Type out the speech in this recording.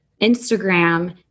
Instagram